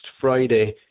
Friday